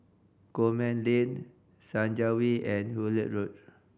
Coleman Lane Senja Way and Hullet Road